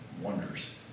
wonders